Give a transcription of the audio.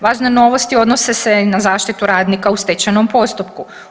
Važne novosti odnose se i na zaštitu radnika u stečajnom postupku.